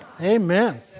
Amen